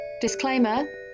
Disclaimer